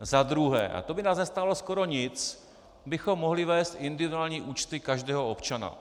Za druhé, a to by nás nestálo skoro nic, bychom mohli vést individuální účty každého občana.